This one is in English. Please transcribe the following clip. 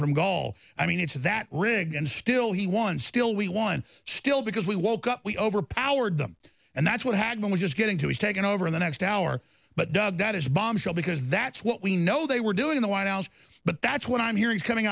from gaul i mean it's that ring and still he won still we won still because we woke up we overpowered them and that's what had been was just getting to be taken over in the next hour but that is a bombshell because that's what we know they were doing in the white house but that's what i'm hearing coming